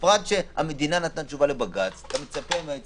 מה גם שהמדינה נתנה תשובה לבג"ץ ואתה מצפה מהיועצים